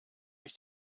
ich